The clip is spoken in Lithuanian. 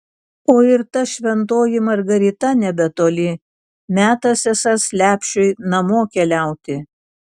o ir ta šventoji margarita nebetoli metas esąs lepšiui namo keliauti